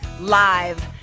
Live